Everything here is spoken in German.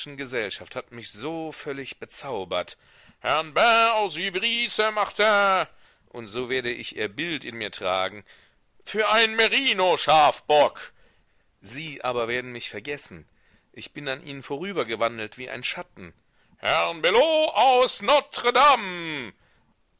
gesellschaft hat mich so völlig bezaubert herrn bain aus givry saint martin und so werde ich ihr bild in mir tragen für einen merino schafbock sie aber werden mich vergessen ich bin an ihnen vorübergewandelt wie ein schatten herrn belot aus